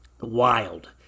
wild